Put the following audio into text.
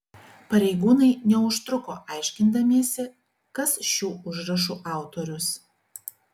pareigūnai neužtruko aiškindamiesi kas šių užrašų autorius